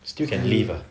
still can live ah